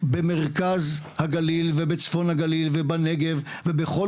במרכז הגליל ובצפון הגליל ובנגב ובכל